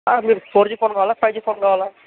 మీకు four G phone కావాలా five G phone కావాలా